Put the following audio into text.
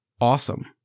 Awesome